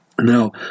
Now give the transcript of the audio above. Now